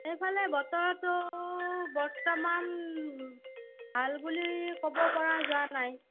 এইফালে বতৰটো বৰ্তমান ভাল বুলি ক'ব পৰা যোৱা নাই